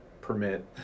permit